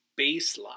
baseline